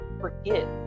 forget